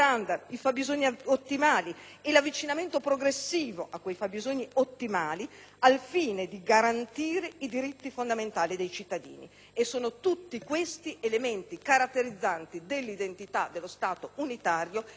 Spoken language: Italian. e l'avvicinamento progressivo a quei fabbisogni ottimali, al fine di garantire i diritti fondamentali dei cittadini. Sono tutti questi elementi caratterizzanti dell'identità dello Stato unitario e del sistema delle autonomie locali.